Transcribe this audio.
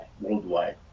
worldwide